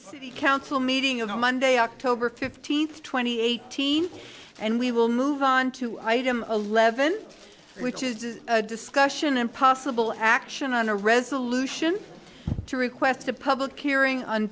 city council meeting and on monday october fifteenth twenty eighteen and we will move on to item eleven which is a discussion and possible action on a resolution to request a public hearing on